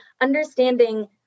understanding